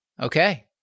Okay